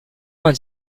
vingt